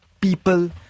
people